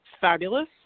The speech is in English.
fabulous